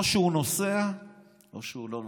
או שהוא נוסע או שהוא לא נוסע.